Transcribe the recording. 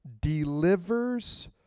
Delivers